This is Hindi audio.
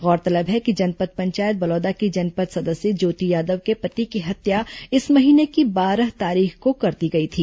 गौरतलब है कि जनपद पंचायत बलौदा की जनपद सदस्य ज्योति यादव के पति की हत्या इस महीने की बारह तारीख को कर दी गई थी